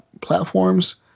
platforms